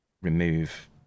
remove